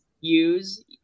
use